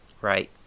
right